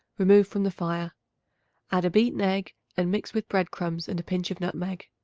remove from the fire add a beaten egg and mix with bread-crumbs and a pinch of nutmeg.